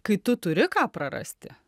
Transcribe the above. kai tu turi ką prarasti